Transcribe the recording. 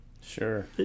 Sure